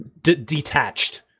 detached